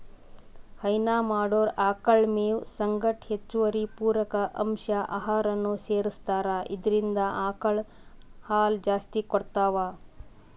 ಹೈನಾ ಮಾಡೊರ್ ಆಕಳ್ ಮೇವ್ ಸಂಗಟ್ ಹೆಚ್ಚುವರಿ ಪೂರಕ ಅಂಶ್ ಆಹಾರನೂ ಸೆರಸ್ತಾರ್ ಇದ್ರಿಂದ್ ಆಕಳ್ ಹಾಲ್ ಜಾಸ್ತಿ ಕೊಡ್ತಾವ್